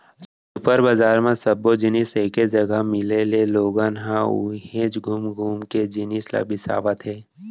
super बजार म सब्बो जिनिस एके जघा मिले ले लोगन ह उहेंच घुम घुम के जिनिस ल बिसावत हे